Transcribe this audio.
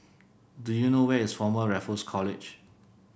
do you know where is Former Raffles College